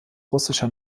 russischer